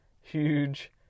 huge